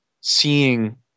seeing